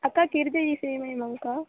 அக்கா கிருதி இ சேவை மையங்களாங்கா